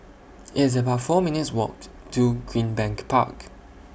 It's about four minutes' Walk to Greenbank Park